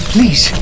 Please